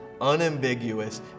unambiguous